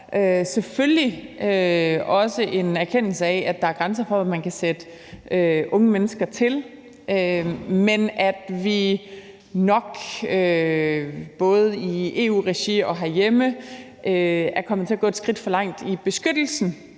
selvfølgelig også er en erkendelse af, at der er grænser for, hvad man kan sætte unge mennesker til, men at vi nok både i EU-regi og herhjemme er kommet til at gå et skridt for langt i beskyttelsen